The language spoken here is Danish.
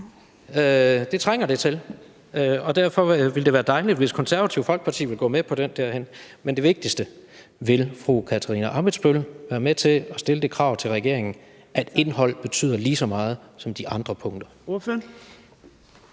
det trænger det til – og derfor ville det være dejligt, hvis Det Konservative Folkeparti ville gå med derhen. Men det vigtigste er: Vil fru Katarina Ammitzbøll være med til at stille det krav til regeringen, at indhold betyder lige så meget som de andre punkter?